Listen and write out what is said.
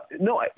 No